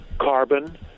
carbon